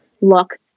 look